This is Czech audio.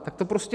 Tak to prostě...